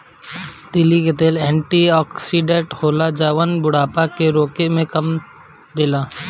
तीली के तेल एंटी ओक्सिडेंट होला जवन की बुढ़ापा के रोके में काम देला